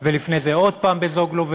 ולפני זה עוד פעם ב"זוגלובק".